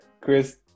Chris